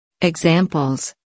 Examples